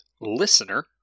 LISTENER